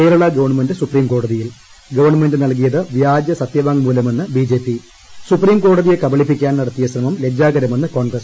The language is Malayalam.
കേരള ഗവൺമെന്റ് സുപ്രീംകോടതിയിൽ ഗവൺമെന്റ് നൽകിയത് വ്യാജ സത്യവാങ്മൂലമെന്ന് ബിജെപി സുപ്രീംകോടതിയെ കബളിപ്പിക്കാൻ നടത്തിയ ശ്രമം ലജ്ജാകരമെന്ന് കോൺഗ്രസ്